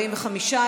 45,